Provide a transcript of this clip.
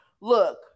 look-